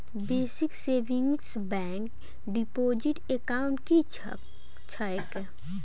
Basic savings bank deposit account की छैक?